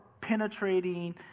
penetrating